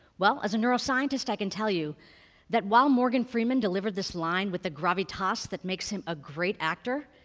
well, as a neuroscientist, i can tell you that while morgan freeman delivered this line with the gravitas that makes him a great actor,